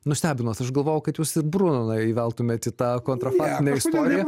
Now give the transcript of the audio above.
nustebinot aš galvojau kad jūs ir brunoną įkeltumėt į tą kontraktinę istoriją